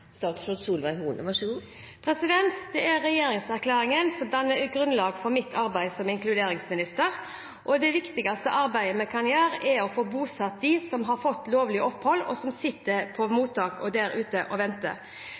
Det er regjeringserklæringen som danner grunnlaget for mitt arbeid som inkluderingsminister, og det viktigste arbeidet vi kan gjøre, er å få bosatt dem som har fått lovlig opphold, og som sitter på mottak der ute og venter. I likhet med Per Sandberg ser jeg at det er